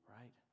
Right